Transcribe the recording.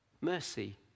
mercy